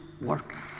work